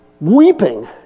weeping